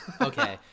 Okay